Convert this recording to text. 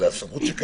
זו סמכות קיימת,